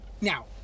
Now